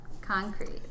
Concrete